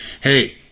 hey